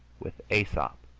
with aesop,